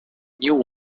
new